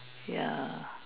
ya